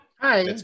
Hi